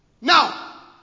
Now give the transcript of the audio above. Now